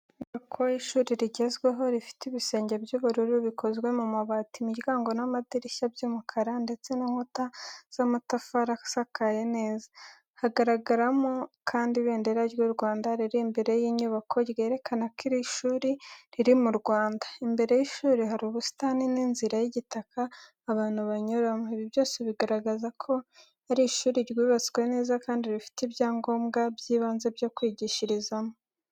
Inyubako y’ishuri rigezweho rifite ibisenge by’ubururu bikozwe mu mabati, imiryango n’amadirishya by’umukara, ndetse n’inkuta z’amatafari asakaye neza. Hagaragaramo kandi ibendera ry’u Rwanda riri imbere y’inyubako, ryerekana ko iri shuri riri mu Rwanda. Imbere y’ishuri hari ubusitani n’inzira y’igitaka abantu banyuramo. Ibi byose bigaragaza ko ari ishuri ryubatswe neza kandi rifite ibyangombwa by’ibanze byo kwigishirizamo.